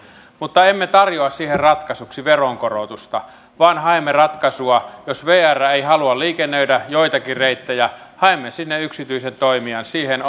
mutta emme tarjoa siihen ratkaisuksi veronkorotusta vaan haemme ratkaisua jos vr ei halua liikennöidä joitakin reittejä haemme sinne yksityisen toimijan siihen